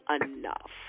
enough